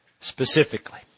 Specifically